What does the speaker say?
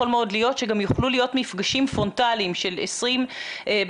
כך שיכול מאוד להיות שגם יוכלו להיות מפגשים פרונטליים של 20 בנות